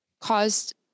caused